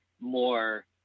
more